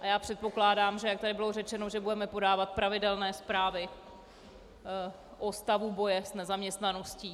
Já předpokládám, jak tady bylo řečeno, že budeme podávat pravidelné zprávy o stavu boje s nezaměstnaností.